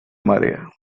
marea